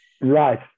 Right